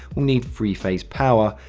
will need three phase power,